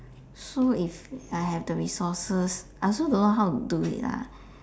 so if I have the resources I also don't know how to do it lah